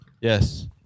Yes